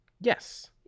Yes